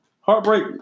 Heartbreak